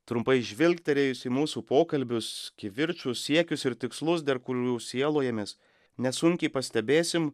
trumpai žvilgterėjus į mūsų pokalbius kivirčus siekius ir tikslus dar kurių sielojamės nesunkiai pastebėsim